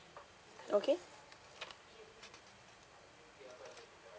okay